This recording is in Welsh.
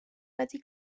wedi